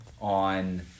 on